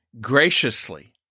graciously